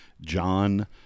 John